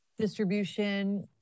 distribution